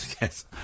yes